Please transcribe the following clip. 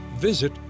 Visit